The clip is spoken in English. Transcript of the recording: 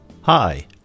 Hi